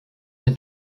der